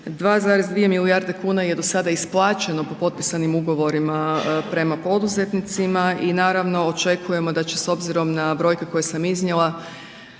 2,2 milijuna kuna je do sada isplaćeno po potpisanim ugovorima prema poduzetnicima i naravno, očekujemo da će s obzirom na brojke koje sam iznijela